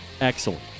excellent